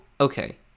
okay